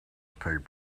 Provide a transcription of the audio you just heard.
paper